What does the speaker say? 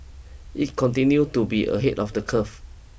it continue to be ahead of the curve